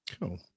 cool